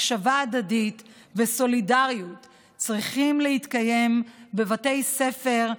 הקשבה הדדית וסולידריות צריכים להתקיים בבתי ספר,